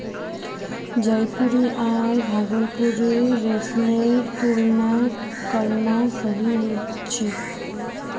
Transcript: जयपुरी आर भागलपुरी रेशमेर तुलना करना सही नी छोक